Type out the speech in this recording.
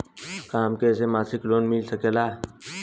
का हमके ऐसे मासिक लोन मिल सकेला?